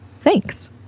Thanks